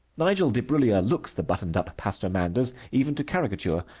nigel debrullier looks the buttoned-up pastor manders, even to caricature.